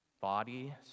body